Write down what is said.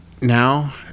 now